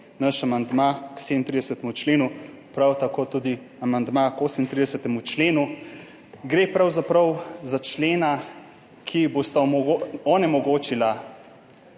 naš amandma k 37. členu, prav tako tudi amandma k 38. členu. Gre pravzaprav za člena, ki bosta onemogočila